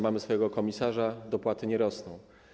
Mamy swojego komisarza, dopłaty nie rosną.